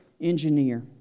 engineer